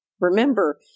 Remember